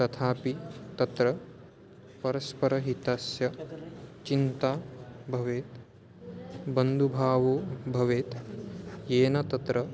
तथापि तत्र परस्परहितस्य चिन्ता भवेत् बन्धुभावो भवेत् येन तत्र